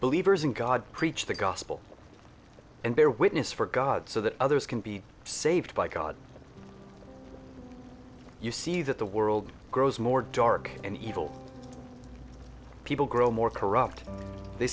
believers in god preached the gospel and bear witness for god so that others can be saved by god you see that the world grows more dark and evil people grow more corrupt they